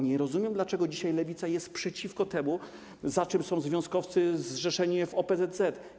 Nie rozumiem, dlaczego dzisiaj Lewica jest przeciwko temu, za czym są związkowcy zrzeszeni w OPZZ.